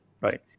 right